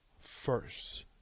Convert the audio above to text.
first